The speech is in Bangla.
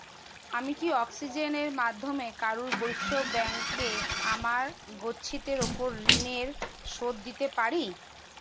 আমি কি অক্সিজেনের মাধ্যমে কারুর বৈশ্য ব্যাংকে আমার গচ্ছিতের ওপর ঋণের শোধ দিতে পারি